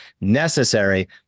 necessary